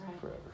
forever